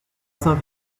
saint